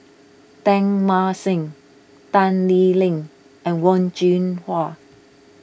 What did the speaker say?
Teng Mah Seng Tan Lee Leng and Wen Jinhua